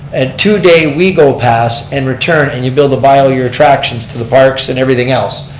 a two-day wego pass, and return and you build a buy ah your attractions to the parks and everything else.